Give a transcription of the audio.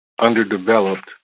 underdeveloped